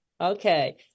Okay